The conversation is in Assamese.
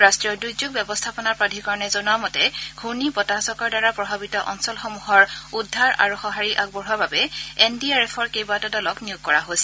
ৰাষ্ট্ৰীয় দুৰ্যোগ ব্যৱস্থাপনা প্ৰাধিকৰণে জনোৱা মতে ঘূৰ্ণীবতাহজাকৰ দ্বাৰা প্ৰভাৱিত অঞ্চলসমূহৰ উদ্ধাৰ আৰু সঁহাৰি আগবঢ়োৱাৰ বাবে এন ডি আৰ এফৰ কেইবাটাও দলক নিয়োগ কৰা হৈছে